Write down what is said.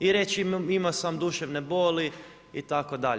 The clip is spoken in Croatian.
I reći imao sam duševne boli, itd.